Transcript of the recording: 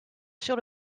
sur